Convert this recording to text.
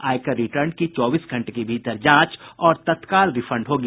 आयकर रिटर्न की चौबीस घंटे के भीतर जांच और तत्काल रिफंड होगी